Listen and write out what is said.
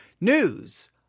news